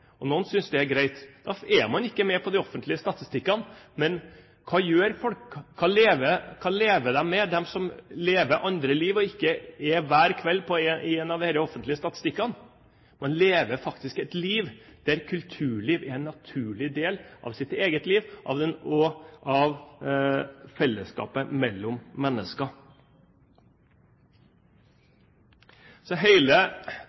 Noen synes det er greit. Da er man ikke med på de offentlige statistikkene. Men hva gjør folk – hva lever de med, de som lever et annet liv, og som ikke hver kveld er med i en av disse offentlige statistikkene? Man lever faktisk et liv der kulturlivet er en naturlig del av ens eget liv og av fellesskapet mellom